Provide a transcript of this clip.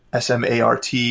SMART